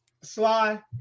Sly